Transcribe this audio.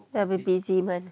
ya bit busy month